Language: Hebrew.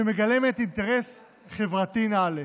שמגלמת אינטרס חברתי נעלה.